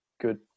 good